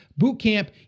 bootcamp